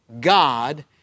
God